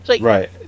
right